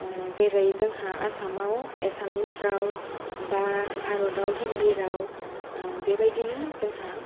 जेरै जोंहा आसामाव एसामिस राव बा भारताव हिन्दि राव बे बायदिनो जोंहा